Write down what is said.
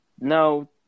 no